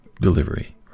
delivery